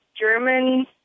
German